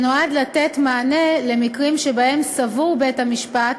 שנועד לתת מענה למקרים שבהם סבור בית-המשפט